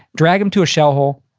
drag him to a shell hole,